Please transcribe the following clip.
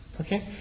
Okay